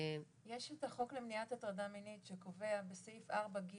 יש את החוק למניעת הטרדה מינית שקובע בסעיף 4ג